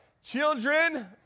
Children